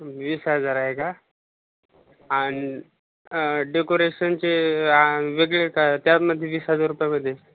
वीस हजार आहे का आणि डेकोरेशनचे वेगळे का त्यामध्ये वीस हजार रुपयामध्ये